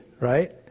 right